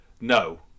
no